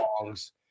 songs